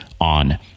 on